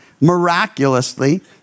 miraculously